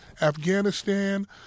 Afghanistan